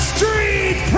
Street